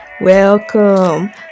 welcome